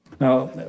Now